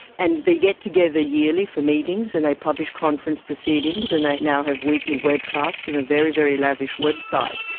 and they get together yearly for meetings and they publish conference proceedings and they now have weekly webcasts and a very, very lavish website,